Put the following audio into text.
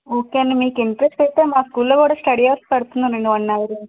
okay అండి మీకు interest అయితే మా స్కూల్లో కూడా స్టడీ హవర్స్ పెడుతున్నారు అండి వన్ హవర్